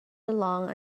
along